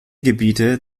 gebiete